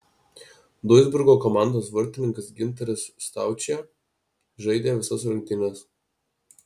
duisburgo komandos vartininkas gintaras staučė žaidė visas rungtynes